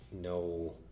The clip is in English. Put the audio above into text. no